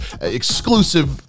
exclusive